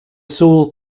sole